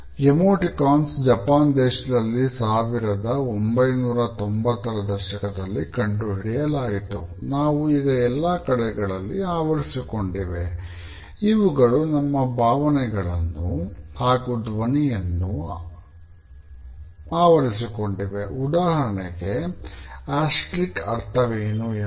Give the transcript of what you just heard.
ಸಂಶೋಧಕರು ಇಮೇಲ್ ಎಂದು ಕರೆಯಬಹುದು